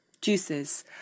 juices